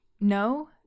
No